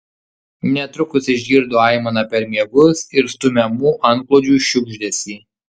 netrukus išgirdo aimaną per miegus ir stumiamų antklodžių šiugždesį